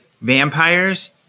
vampires